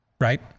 right